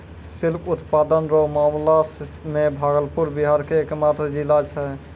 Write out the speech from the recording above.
silk उत्पादन रो मामला मे भागलपुर बिहार के एकमात्र जिला छै